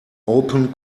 open